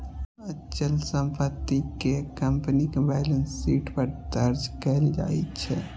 अचल संपत्ति कें कंपनीक बैलेंस शीट पर दर्ज कैल जाइ छै